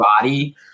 body